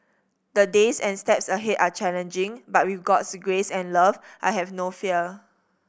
the days and steps ahead are challenging but with God's grace and love I have no fear